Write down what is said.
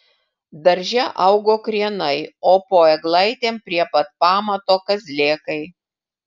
darže augo krienai o po eglaitėm prie pat pamato kazlėkai